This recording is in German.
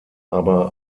aber